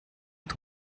est